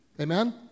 Amen